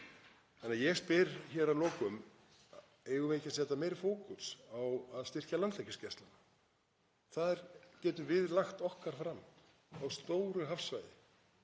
Þannig að ég spyr hér að lokum: Eigum við ekki að setja meiri fókus á að styrkja Landhelgisgæsluna? Þar getum við lagt okkar fram, á stóru hafsvæði,